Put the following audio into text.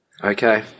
Okay